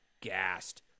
gassed